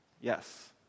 Yes